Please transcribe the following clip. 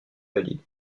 valide